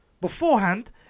beforehand